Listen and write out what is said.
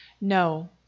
No